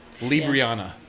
Libriana